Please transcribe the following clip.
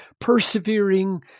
persevering